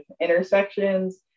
intersections